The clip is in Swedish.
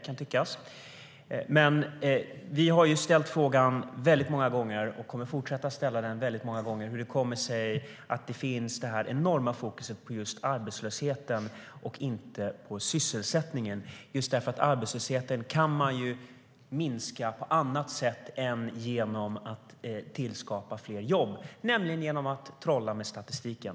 Vi har många gånger ställt frågan och kommer att fortsätta göra det hur det kommer sig att det är detta enorma fokus på just arbetslösheten och inte på sysselsättningen, just därför att arbetslösheten kan man ju minska på annat sätt än genom att tillskapa fler jobb, nämligen genom att trolla med statistiken.